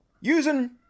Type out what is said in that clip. using